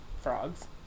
frogs